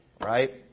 right